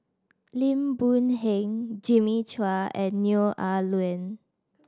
Lim Boon Heng Jimmy Chua and Neo Ah Luan